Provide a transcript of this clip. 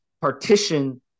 partition